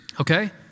Okay